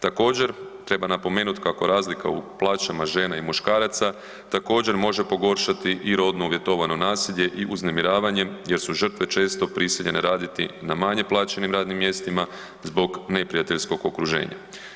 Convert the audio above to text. Također treba napomenut kako razlika u plaćama žena i muškaraca također može pogoršati i rodno uvjetovano nasilje i uznemiravanjem jer su žrtve često prisiljene raditi na manje plaćenim radnim mjestima zbog neprijateljskog okruženja.